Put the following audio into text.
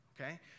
okay